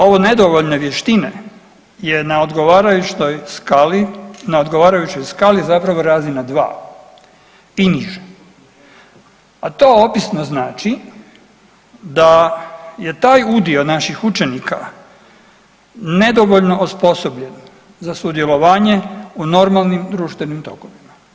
Ovo nedovoljne vještine je na odgovarajućoj skali, na odgovarajućoj skali zapravo razina 2 i niže, a to opisno znači da je taj udio naših učenika nedovoljno osposobljen za sudjelovanje u normalnim društvenim tokovima.